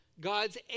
God's